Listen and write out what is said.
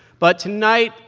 but tonight,